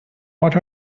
what